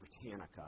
Britannica